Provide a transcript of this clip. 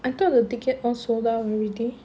I thought the ticket all sold out already